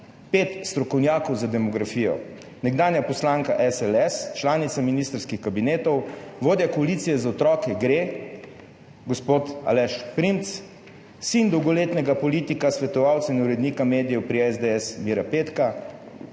5 strokovnjakov za demografijo, nekdanja poslanka SLS, članica ministrskih kabinetov, vodja koalicije Za otroke gre, gospod Aleš Primc, sin Mira Petka, dolgoletnega politika, svetovalca in urednika medijev pri SDS,